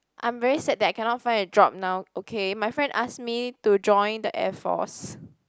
I'm very sad that I cannot find a job now okay my friend ask me to join the Air Force